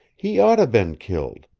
he oughta been killed.